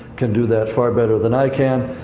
can do that far better than i can.